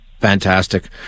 Fantastic